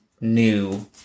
new